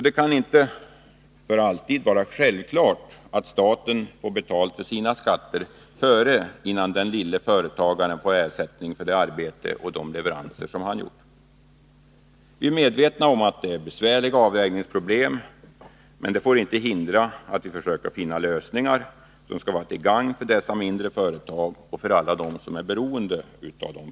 Det kan inte för alltid vara självklart att staten får skatten inbetalad innan den lille företagaren får ersättning för det arbete och de leveranser han gjort. Vi är medvetna om att det är besvärliga avvägningsproblem, men det får inte hindra att vi försöker finna lösningar till gagn för dessa mindre företag och för alla dem som är beroende av dem.